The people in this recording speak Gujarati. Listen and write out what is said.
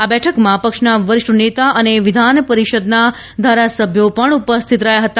આ બેઠકમાં પક્ષના વરિષ્ઠ નેતા અને વિધાનપરિષદના ધારાસભ્યો પણ ઉપસ્થિત રહ્યા હતા